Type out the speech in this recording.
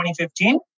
2015